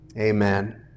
Amen